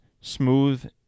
smooth